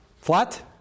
flat